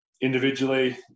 Individually